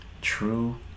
True